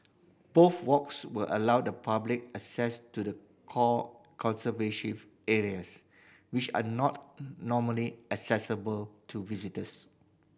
both walks will allow the public access to the core conservation areas which are not normally accessible to visitors